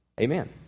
Amen